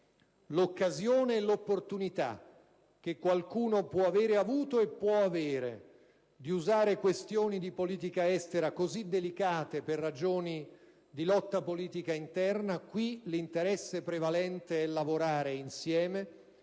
l'occasione e l'opportunità - che qualcuno può avere considerato e può considerare - di usare questioni di politica estera così delicate per ragioni di lotta politica interna. Qui l'interesse nazionale prevalente è lavorare insieme